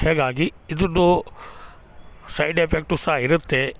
ಹೀಗಾಗಿ ಇದ್ರದ್ದು side effect ಸಹ ಇರುತ್ತೆ